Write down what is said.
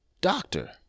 doctor